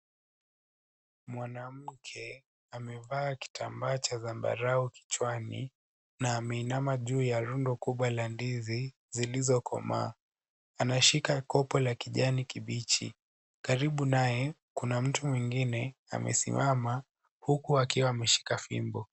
Mwanamke amevee kitambaa cha zambarau kichwani. Na ameinama juu ya rundo kubwa la ndizi zilizokomaa. Anashika kopo la kijani kibichi. Karibu naye kuna mtu mwingine amesimama huku akiwa ameshika fimbo.